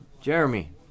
Jeremy